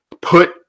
put